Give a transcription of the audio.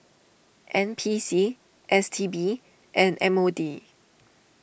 N P C S T B and M O D